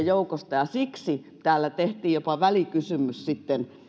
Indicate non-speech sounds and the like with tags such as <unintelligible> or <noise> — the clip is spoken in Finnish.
<unintelligible> joukosta puuttui ja siksi täällä tehtiin jopa välikysymys sitten